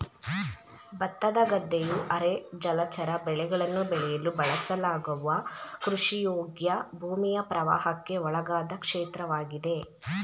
ಭತ್ತದ ಗದ್ದೆಯು ಅರೆ ಜಲಚರ ಬೆಳೆಗಳನ್ನು ಬೆಳೆಯಲು ಬಳಸಲಾಗುವ ಕೃಷಿಯೋಗ್ಯ ಭೂಮಿಯ ಪ್ರವಾಹಕ್ಕೆ ಒಳಗಾದ ಕ್ಷೇತ್ರವಾಗಿದೆ